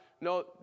no